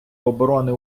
оборони